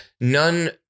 none